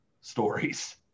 stories